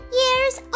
years